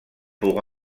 pour